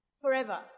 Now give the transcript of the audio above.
Forever